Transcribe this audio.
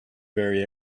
very